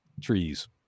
trees